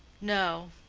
no.